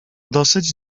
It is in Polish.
dosyć